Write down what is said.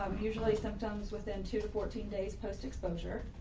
um usually symptoms within two to fourteen days post exposure